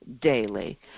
daily